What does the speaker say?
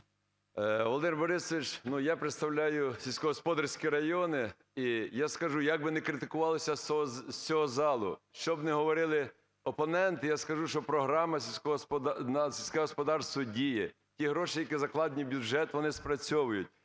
Володимире Борисовичу, ну, я представляю сільськогосподарські райони, і я скажу, як вони критикувалися з цього залу, що б не говорили опоненти, я скажу, що програма на сільське господарство діє і гроші, які закладені в бюджет, вони спрацьовують.